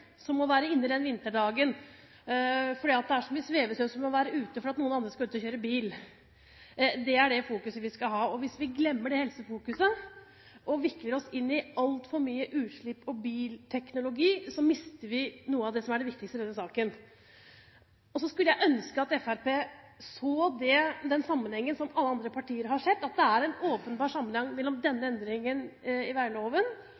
vinterdagen fordi det er så mye svevestøv ute, fordi noen andre skal ut og kjøre bil. Det er det fokuset vi skal ha. Hvis vi glemmer det helsefokuset og vikler oss inn i altfor mye utslipp og bilteknologi, mister vi noe av det som er det viktigste i denne saken. Så skulle jeg ønske at Fremskrittspartiet så den sammenhengen som alle andre partier har sett – at det er en åpenbar sammenheng mellom denne endringen i veiloven